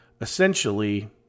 Essentially